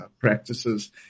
practices